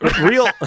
Real